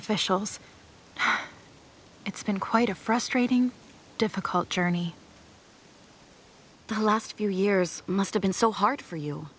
officials it's been quite a frustrating difficult journey the last few years must have been so hard for you